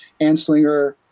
anslinger